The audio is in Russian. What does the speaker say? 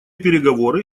переговоры